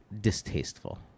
distasteful